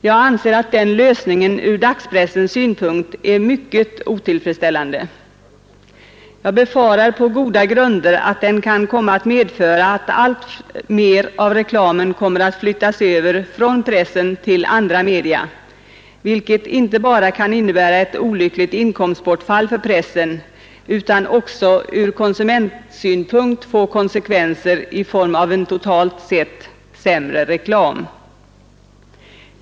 Jag anser att den lösningen ur dagspressens synpunkt är mycket otillfredsställande. Jag befarar på goda grunder att den kan komma att medföra att alltmer av reklamen flyttas över från pressen till andra media, vilket inte bara kan innebära ett olyckligt inkomstbortfall för pressen utan också kan få konsekvenser ur konsumentsynpunkt i form av en totalt sett sämre reklam.